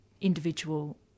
individual